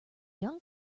young